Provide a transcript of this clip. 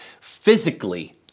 physically